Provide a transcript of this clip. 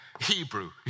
Hebrew